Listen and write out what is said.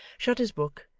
shut his book,